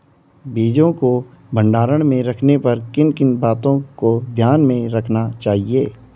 बीजों को भंडारण में रखने पर किन किन बातों को ध्यान में रखना चाहिए?